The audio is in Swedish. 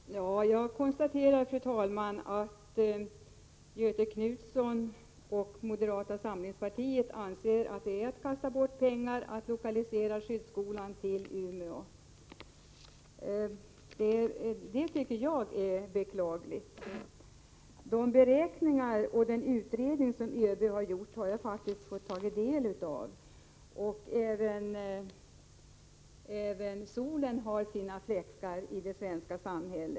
Fru talman! Jag konstaterar att Göthe Knutson och moderata samlingspartiet anser att det är att kasta bort pengar att lokalisera skyddsskolan till Umeå. Det tycker jag är beklagligt. De beräkningar och den utredning som ÖB har gjort har jag tagit del av. Även solen har sina fläckar.